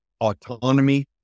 Autonomy